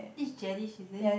this is Gellish is it